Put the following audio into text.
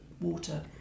water